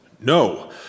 No